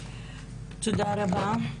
תודה רבה.